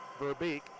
Verbeek